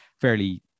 fairly